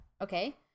Okay